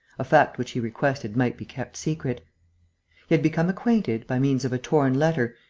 a fact which he requested might be kept secret. he had become acquainted, by means of a torn letter,